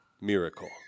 miracle